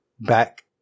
back